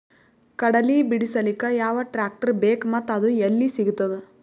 ಕಡಲಿ ಬಿಡಿಸಲಕ ಯಾವ ಟ್ರಾಕ್ಟರ್ ಬೇಕ ಮತ್ತ ಅದು ಯಲ್ಲಿ ಸಿಗತದ?